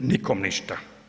Nikom ništa.